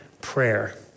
prayer